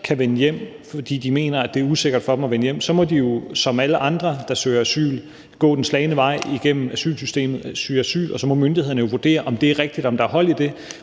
kan vende hjem, fordi de mener, at det er usikkert for dem at vende hjem, så må de jo som alle andre, der søger asyl, gå den slagne vej gennem asylsystemet og søge asyl, og så må myndighederne jo vurdere, om det er rigtigt, og om der er hold i det.